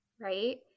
right